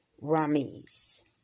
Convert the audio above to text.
Rames